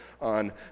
on